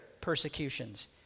persecutions